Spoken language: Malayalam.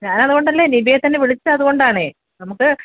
ഞാനതു കൊണ്ടല്ലെ നിധിയെ തന്നെ വിളിച്ചത് അതുകൊണ്ടാണെ നമുക്ക്